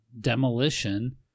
demolition